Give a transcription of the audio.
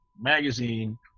magazine